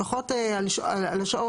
לפחות על השעות.